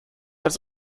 als